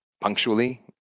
punctually